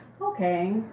Okay